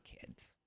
kids